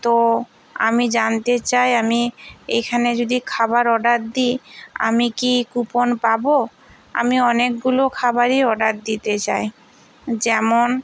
তো আমি জানতে চাই আমি এখানে যদি খাবার অর্ডার দিই আমি কি কুপন পাব আমি অনেকগুলো খাবারই অর্ডার দিতে চাই যেমন